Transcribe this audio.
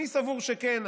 אני סבור שכן.